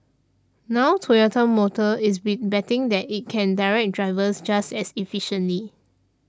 now Toyota Motor is big betting that it can direct drivers just as efficiently